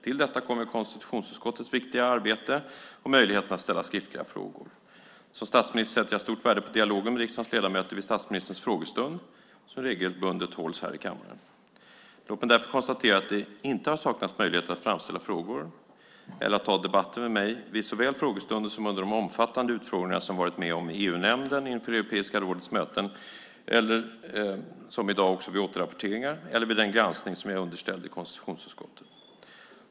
Till detta kommer konstitutionsutskottets viktiga arbete och möjligheten att ställa skriftliga frågor. Som statsminister sätter jag stort värde på dialogen med riksdagens ledamöter vid statsministerns frågestund, som regelbundet hålls i kammaren. Låt mig därför konstatera att det inte har saknats möjligheter att framställa frågor eller att ta debatten med mig såväl vid frågestunder som under de omfattande utfrågningar som jag varit med om i EU-nämnden inför Europeiska rådets möten och, som i dag, vid återrapporteringar eller vid den granskning som jag är underställd i konstitutionsutskottet.